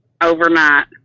overnight